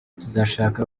tuzashaka